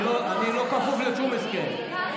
אני לא כפוף לשום הסכם.